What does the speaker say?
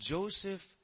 Joseph